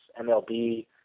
MLB